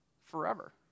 forever